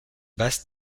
basses